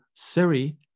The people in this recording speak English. Siri